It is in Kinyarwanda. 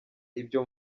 ibyo